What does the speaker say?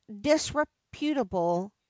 disreputable